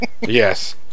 yes